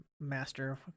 master